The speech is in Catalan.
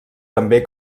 també